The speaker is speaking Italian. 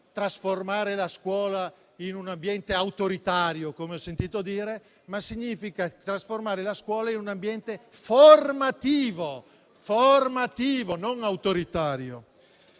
trasformare la scuola in un ambiente autoritario, come ho sentito dire, ma trasformare la scuola in un ambiente formativo, non autoritario.